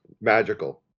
Magical